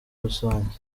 rusange